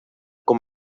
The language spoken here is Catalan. com